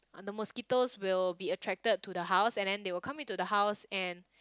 and the mosquitoes will be attracted to the house and then they will come into the house and